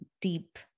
deep